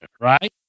right